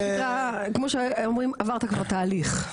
כמו שאומרים עברת כבר תהליך.